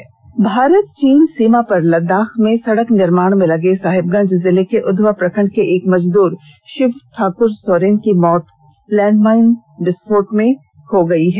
मौत भारत चीन सीमा पर लद्दाख में सड़क निर्माण में लगे साहिबगंज जिले के उधवा प्रखंड के एक मजदूर शिव ठाकुर सोरेन की मौत लैंडमाइंस विस्फोट के दौरान हो गई है